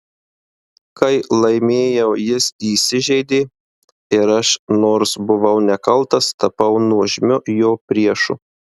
kai laimėjau jis įsižeidė ir aš nors buvau nekaltas tapau nuožmiu jo priešu